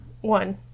One